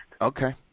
Okay